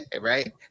right